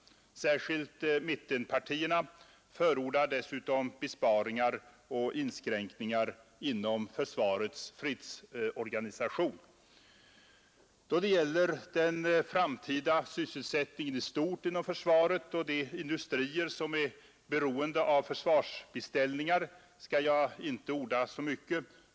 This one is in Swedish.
Särskilt mittenpartierna förordar dessutom besparingar och inskränkningar inom försvarets fredsorganisation. Då det gäller den framtida sysselsättningen i stort inom försvaret och de industrier som är beroende av försvarsbeställningar skall jag inte orda så mycket.